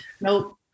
Nope